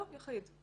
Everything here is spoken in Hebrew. לא, יחיד.